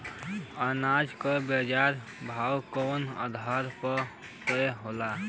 अनाज क बाजार भाव कवने आधार पर तय होला?